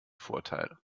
vorteil